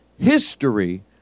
history